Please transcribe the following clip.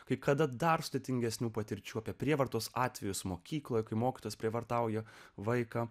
kai kada dar sudėtingesnių patirčių apie prievartos atvejus mokykloje kai mokytojas prievartauja vaiką